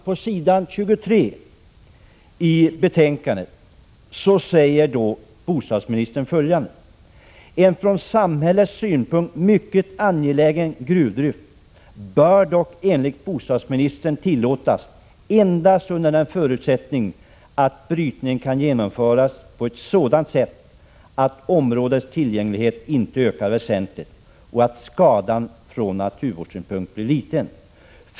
På s. 23 i betänkandet citeras propositionen: ”En från samhällets synpunkt mycket angelägen gruvdrift bör dock enligt bostadsministern tillåtas endast under den förutsättningen att brytningen kan genomföras på ett sådant sätt att områdets tillgänglighet inte ökar väsentligt och att skadan från naturvårdssynpunkt blir liten.